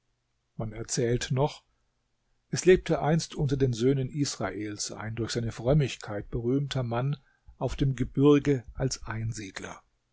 man erzählt noch es lebte einst unter den söhnen israels ein durch seine frömmigkeit berühmter mann auf dem gebirge als einsiedler